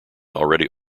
already